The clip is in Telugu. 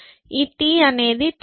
ఈ t అనేది టైం